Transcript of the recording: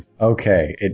Okay